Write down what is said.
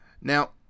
Now